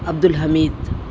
عبد الحمید